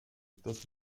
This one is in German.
dass